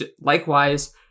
Likewise